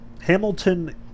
Hamilton